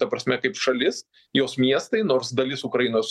ta prasme kaip šalis jos miestai nors dalis ukrainos